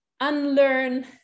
Unlearn